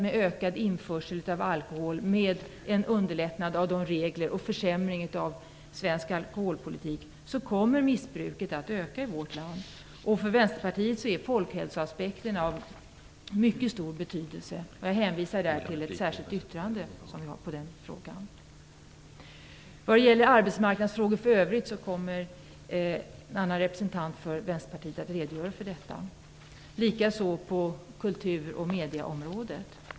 Med ökad införsel av alkohol och med en försämring av svensk alkoholpolitik kommer missbruket i vårt land att öka - det vet vi. För Vänsterpartiet är folkhälsoaspekterna av mycket stor betydelse. Jag hänvisar på den punkten till vårt särskilda yttrande. När det gäller övriga arbetsmarknadsfrågor kommer en annan representant för Vänsterpartiet att redogöra för våra ståndpunkter. Detsamma gäller våra ställningstaganden på kultur och medieområdet.